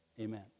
Amen